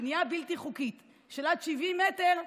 בנייה בלתי חוקית של עד 70 מטר,